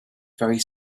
very